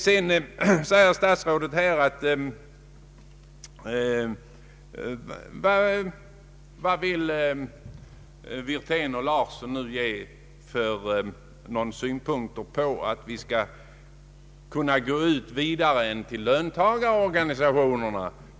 Sedan frågar statsrådet vad herr Wirtén och jag vill lägga fram för synpunkter när det gäller att gå ut med detta förslag längre än till löntagarorganisa tionerna.